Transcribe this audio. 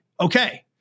Okay